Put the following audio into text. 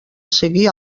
seguir